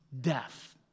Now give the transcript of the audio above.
death